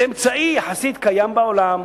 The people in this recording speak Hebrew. זה אמצעי שקיים בעולם,